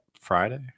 Friday